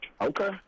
Okay